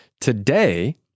today